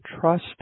trust